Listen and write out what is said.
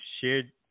shared